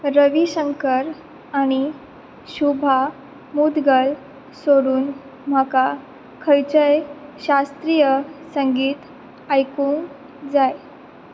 रविशंकर आनी शुभा मुदगल सोडून म्हाका खंयचेय शास्त्रीय संगीत आयकूंक जाय